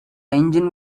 engine